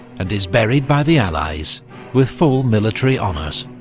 and is buried by the allies with full military honours.